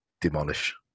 demolish